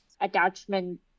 attachment